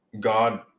God